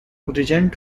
regent